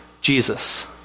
Jesus